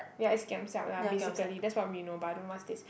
ya is giam siap lah basically that's what we know but I don't know what's this